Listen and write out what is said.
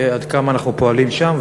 ועד כמה אנחנו פועלים שם?